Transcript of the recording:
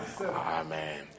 Amen